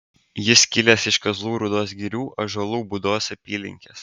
jis kilęs iš kazlų rūdos girių ąžuolų būdos apylinkės